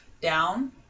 down